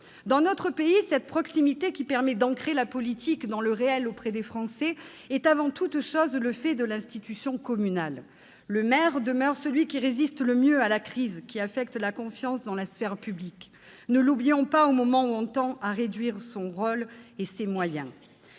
Dans notre pays, cette proximité qui permet d'ancrer la politique dans le réel auprès des Français est, avant toute chose, le fait de l'institution communale. Le maire demeure celui qui résiste le mieux à la crise affectant la confiance dans la sphère publique ; ne l'oublions pas au moment où l'on tend à réduire son rôle et ses moyens.